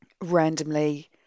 randomly